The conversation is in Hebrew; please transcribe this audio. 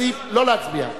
לא להצביע.